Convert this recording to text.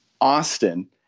Austin